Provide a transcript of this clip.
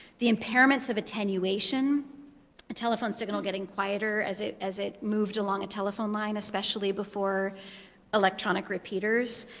the impairments of attenuation a telephone signal getting quieter as it as it moved along a telephone line, especially before electronic repeaters